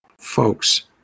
Folks